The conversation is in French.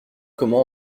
comment